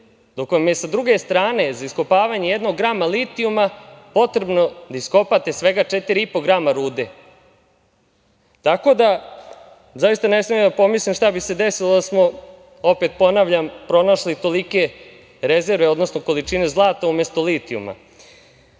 dok vam je sa druge strane za iskopavanje jednog grama litijuma potrebno da iskopate svega 4,5 grama rude. Zaista ne smem ni da pomislim šta bi se desilo da smo, opet ponavljam, pronašli tolike rezerve odnosno količine zlata umesto litijuma. Dok